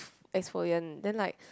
exfoliant then like